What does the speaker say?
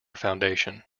foundation